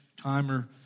timer